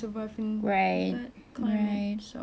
a lot of things could lead up to that